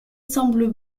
semblent